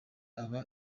aba